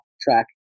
track